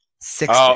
six